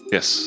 Yes